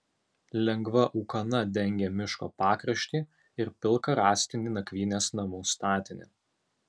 lengva ūkana dengė miško pakraštį ir pilką rąstinį nakvynės namų statinį